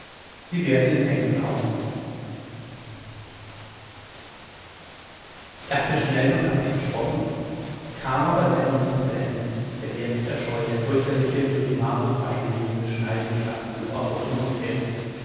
sie werden in nächsten augen er hatte schnell und hastig gesprochen kam aber dennoch nicht zu ende denn jetzt erscholl der fürchterliche durch mark und bein schneidende schlachtruf auch rund um uns her